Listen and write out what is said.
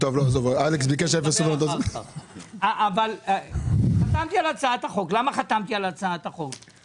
עזוב, אלכס ביקש --- למה חתמתי על הצעת החוק?